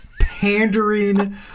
pandering